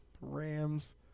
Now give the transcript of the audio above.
Rams